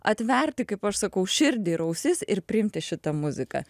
atverti kaip aš sakau širdį ir ausis ir priimti šitą muziką